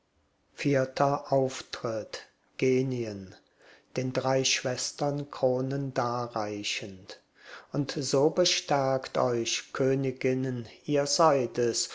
vierter auftritt genien den drei schwestern kronen darreichend und so bestärkt euch königinnen ihr seid es